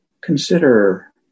consider